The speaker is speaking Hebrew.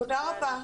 תודה רבה.